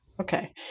Okay